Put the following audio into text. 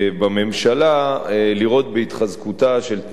בממשלה לראות בהתחזקותה של תנועת